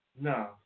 No